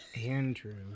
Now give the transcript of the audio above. Andrew